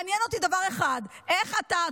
מעניין אותי דבר אחד: איך אתה,